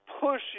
push